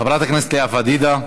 חברת הכנסת לאה פדידה,